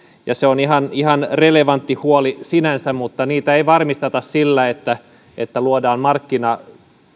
ja se on ihan ihan relevantti huoli sinänsä mutta chp voimaloita ei varmisteta sillä että että luodaan markkina